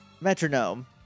Metronome